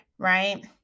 right